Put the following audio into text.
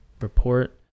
report